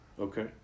Okay